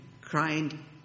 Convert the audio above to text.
crying